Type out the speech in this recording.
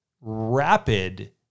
rapid